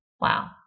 Wow